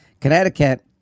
Connecticut